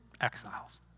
exiles